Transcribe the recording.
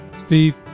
Steve